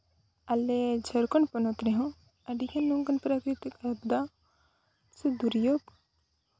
ᱟᱞᱮ ᱡᱷᱟᱲᱠᱷᱚᱸᱰ ᱯᱚᱱᱚᱛ ᱨᱮᱦᱚᱸ ᱟᱹᱰᱤᱜᱟᱱ ᱱᱚᱝᱠᱟᱱ ᱯᱨᱟᱠᱨᱤᱛᱤᱠ ᱟᱵᱫᱟ ᱥᱮ ᱫᱩᱨᱡᱳᱜᱽ